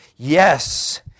Yes